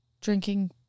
Drinking